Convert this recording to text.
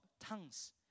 tongues